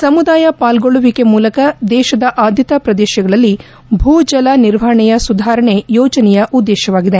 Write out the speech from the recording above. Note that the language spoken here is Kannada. ಸಮುದಾಯ ಪಾಲ್ಗೊಳ್ಲುವಿಕೆ ಮೂಲಕ ದೇಶದ ಆದ್ಲತಾ ಪ್ರದೇಶಗಳಲ್ಲಿ ಭೂ ಜಲ ನಿರ್ವಹಣೆಯ ಸುಧಾರಣೆ ಯೋಜನೆಯ ಉದ್ಲೇಶವಾಗಿದೆ